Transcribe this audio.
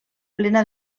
plena